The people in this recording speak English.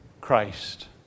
Christ